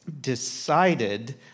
decided